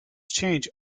change